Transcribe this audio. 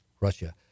Russia